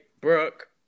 Brooke